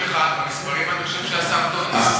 במספרים אני חושב שהשר טועה.